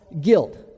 guilt